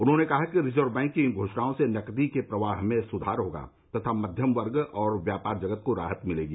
उन्होंने कहा कि रिजर्व बैंक की इन घोषणाओं से नगदी के प्रवाह में सुधार होगा तथा मध्यम वर्ग और व्यापार जगत को राहत मिलेगी